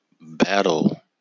battle